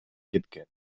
кеткен